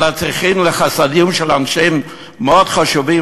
אלא צריכים לחסדים של אנשים מאוד חשובים